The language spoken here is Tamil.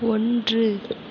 ஒன்று